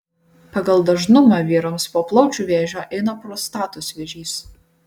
pagal dažnumą vyrams po plaučių vėžio eina prostatos vėžys